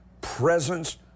presence